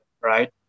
right